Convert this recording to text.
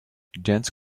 dense